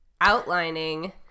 outlining